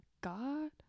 God